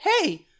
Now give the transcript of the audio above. hey